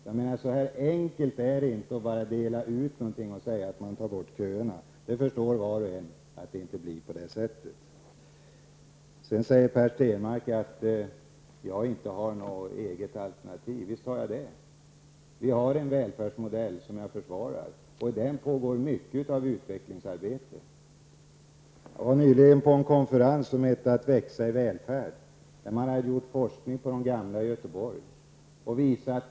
Det är inte så enkelt som att bara dela ut någonting och därmed säga att man tar bort köerna. Var och en förstår att det inte fungerar så. Per Stenmarck säger också att jag inte har ett eget alternativ. Visst har jag det. Vi har en välfärdsmodell som jag försvarar. Inom den pågår mycket utvecklingsarbete. Jag deltog nyligen i en konferens på temat ''Att växa i välfärd''. Där redovisades den forskning som bedrivits kring hälsotillståndet bland gamla människor i Göteborg.